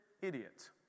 idiot